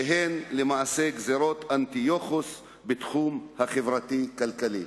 שהן למעשה גזירות אנטיוכוס בתחום החברתי-כלכלי.